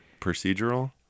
procedural